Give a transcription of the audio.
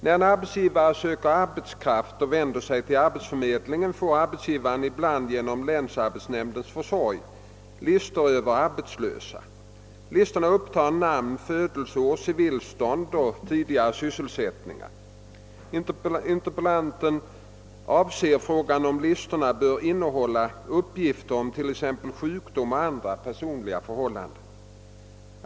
När en arbetsgivare söker arbetskraft och vänder sig till arbetsförmedlingen får arbetsgivaren ibland genom länsarbetsnämndens försorg listor över arbetslösa. Listorna upptar namn, födelseår, civilstånd och tidigare sysselsättning. Interpellationen avser frågan, om listorna bör innehålla uppgifter om t.ex. sjukdom och andra personliga förhållanden.